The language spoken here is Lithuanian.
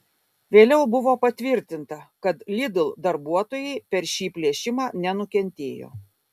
vėliau buvo patvirtinta kad lidl darbuotojai per šį plėšimą nenukentėjo